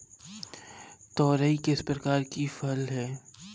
तोरई किस प्रकार की फसल है?